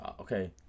Okay